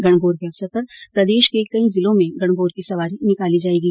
गणगौर के अवसर पर प्रदेश के कई जिलों में गणगौर की सवारी निकाली जायेगी